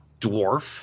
dwarf